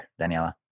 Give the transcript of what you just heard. Daniela